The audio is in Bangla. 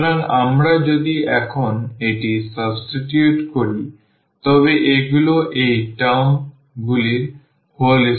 সুতরাং আমরা যদি এখন এটি সাবস্টিটিউট করি তবে এগুলো এই টার্মগুলির whole square